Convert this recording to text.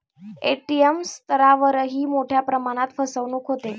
ATM स्तरावरही मोठ्या प्रमाणात फसवणूक होते